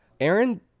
Aaron